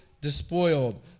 despoiled